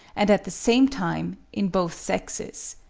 and at the same time in both sexes.